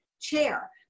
chair